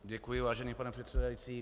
Děkuji, vážený pane předsedající.